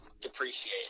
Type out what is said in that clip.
depreciate